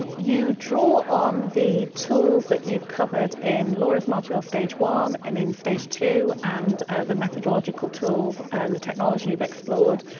um you draw on the tools that you've covered in laura's material, stage one, and in stage two and the methodological tools and the technology you've explored.